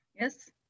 Yes